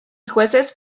jueces